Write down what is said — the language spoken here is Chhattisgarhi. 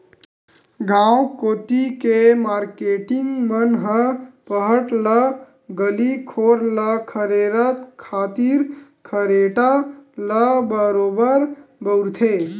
गांव कोती के मारकेटिंग मन ह पहट ले गली घोर ल खरेरे खातिर खरेटा ल बरोबर बउरथे